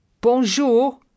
Bonjour